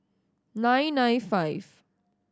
nine nine five